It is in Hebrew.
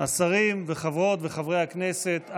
השרים וחברות וחברי הכנסת,